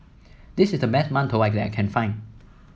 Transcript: this is the best mantou I that can find